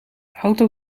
auto